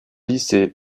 lycée